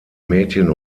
mädchen